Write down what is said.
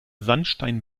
sandstein